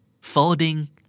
Folding